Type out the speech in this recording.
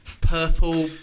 Purple